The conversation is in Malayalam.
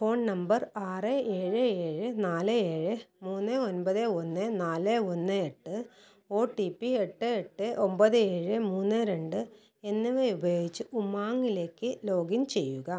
ഫോൺ നമ്പർ ആറ് ഏഴ് ഏഴ് നാല് ഏഴ് മൂന്ന് ഒൻപത് ഒന്ന് നാല് ഒന്ന് എട്ട് ഒ ടി പി എട്ട് എട്ട് ഒമ്പത് ഏഴ് മൂന്ന് രണ്ട് എന്നിവ ഉപയോഗിച്ച് ഉമാംഗിലേക്ക് ലോഗിൻ ചെയ്യുക